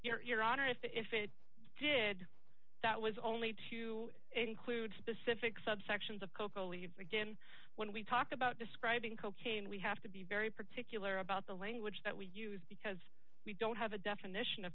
relations your honor if if it did that was only to include specific subsections of coca leaves again when we talk about describing cocaine we have to be very particular about the language that we use because we don't have a definition of